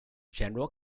general